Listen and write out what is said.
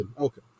Okay